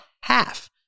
half